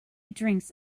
drinks